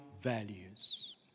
values